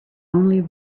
only